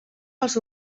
pels